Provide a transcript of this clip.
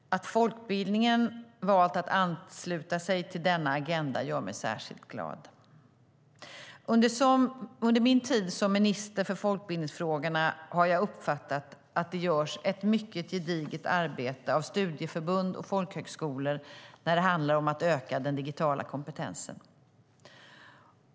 Att folkbildningen valt att ansluta sig till denna agenda gör mig särskilt glad. Under min tid som minister för folkbildningsfrågorna har jag uppfattat att det görs ett mycket gediget arbete av studieförbund och folkhögskolor när det handlar om att öka den digitala kompetensen.